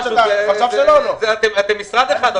אתם משרד אחד,